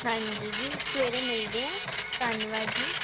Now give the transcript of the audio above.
ਹਾਂਜੀ ਜੀ ਸਵੇਰੇ ਮਿਲਦੇ ਆ ਧੰਨਵਾਦ ਜੀ